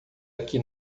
aqui